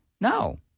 No